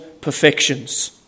perfections